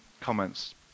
comments